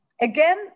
Again